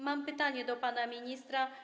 Mam pytanie do pana ministra.